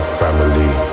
family